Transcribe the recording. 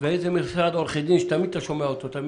ואיזה משרד עורכי דין שאתה תמיד שומע אותו.